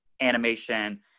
animation